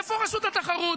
איפה הרשות לתחרות?